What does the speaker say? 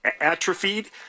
atrophied